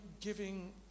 giving